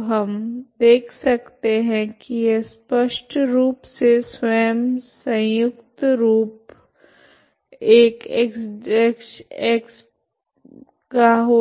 तो हम देख सकते है की यह स्पष्ट रूप से स्वयं सयुक्त रूप 1 X0 X λ